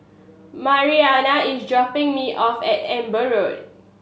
Mariana is dropping me off at Amber Road